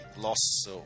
loss